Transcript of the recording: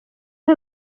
aho